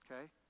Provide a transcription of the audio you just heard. Okay